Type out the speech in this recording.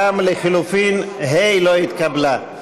גם לחלופין ה' לא התקבלה.